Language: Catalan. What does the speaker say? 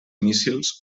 míssils